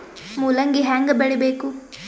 ಮೂಲಂಗಿ ಹ್ಯಾಂಗ ಬೆಳಿಬೇಕು?